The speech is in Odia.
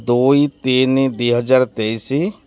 ଦୁଇ ତିନି ଦୁଇ ହଜାର ତେଇଶି